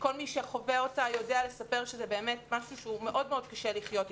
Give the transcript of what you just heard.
כל מי שחווה אותה יודע לספר שזה באמת משהו שקשה מאוד מאוד לחיות איתו.